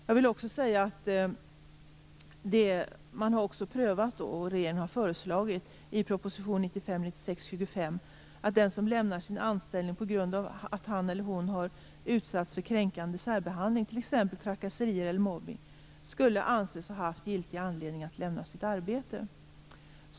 Jag vill också säga att man har prövat, och regeringen har föreslagit i proposition 1995/96:25, att den som lämnar sin anställning på grund av att han eller hon har utsatts för kränkande särbehandling, t.ex. trakasserier eller mobbning, sk all anses ha giltig anledning att lämna sitt arbete.